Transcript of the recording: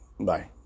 Bye